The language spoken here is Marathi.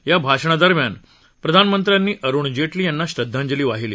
या भाषणादरम्यान प्रधानमंत्र्यांनी अरुण जेटली यांना श्रद्धांजली वाहिली